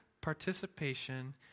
participation